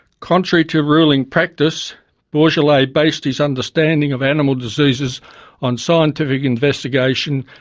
contrary to ruling practice bourgelat based his understanding of animal diseases on scientific investigation,